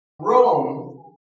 Rome